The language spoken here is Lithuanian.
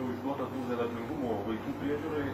jau išduota tų nedarbingumų vaikų priežiūrai